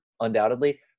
undoubtedly